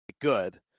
good